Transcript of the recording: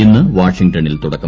ഇന്ന് വാഷിംഗ്ടണിൽ തുടക്കം